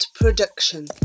Production